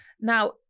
Now